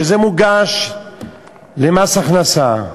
וזה מוגש למס הכנסה.